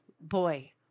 boy